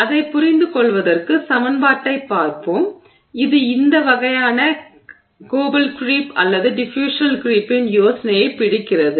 அதைப் புரிந்துகொள்வதற்கு சமன்பாட்டைப் பார்ப்போம் இது எந்த வகையான கோபிள் க்ரீப் அல்லது டிஃப்யூஷனல் க்ரீப்பின் யோசனையைப் பிடிக்கிறது